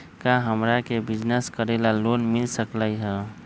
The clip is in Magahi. का हमरा के बिजनेस करेला लोन मिल सकलई ह?